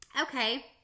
Okay